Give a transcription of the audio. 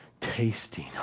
tasting